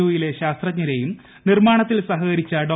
O യിലെ ശാസ്ത്രജ്ഞരെയും നിർമ്മാണത്തിൽ സഹകരിച്ചു ഡോ